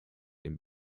dem